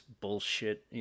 bullshit